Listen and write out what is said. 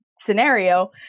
scenario